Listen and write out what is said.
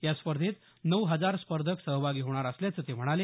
या स्पर्धेत नऊ हजार स्पर्धक सहभागी होणार असल्याचं ते म्हणाले